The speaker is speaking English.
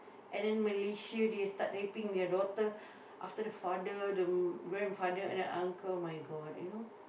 and then Malaysia they start raping their daughter after the father the grandfather the uncle my god you know